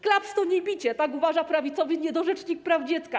Klaps to nie bicie - tak uważa prawicowy niedorzecznik praw dziecka.